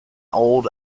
old